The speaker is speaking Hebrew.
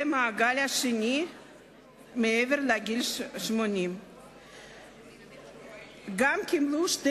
ולמעגל השני מעבר לגיל 80. גם קיבלו שני